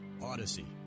Odyssey